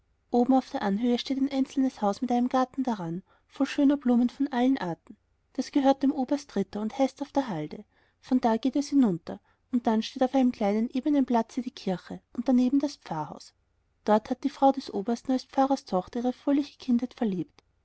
oben auf der anhöhe steht ein einzelnes haus mit einem garten daran voll schöner blumen von allen arten das gehört dem oberst ritter und heißt auf der halde von da geht es hinunter dann steht auf einem kleinen ebenen platze die kirche und daneben das pfarrhaus dort hat die frau des obersten als pfarrerstochter ihre fröhliche